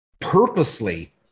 purposely